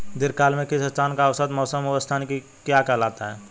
दीर्घकाल में किसी स्थान का औसत मौसम उस स्थान की क्या कहलाता है?